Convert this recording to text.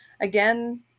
Again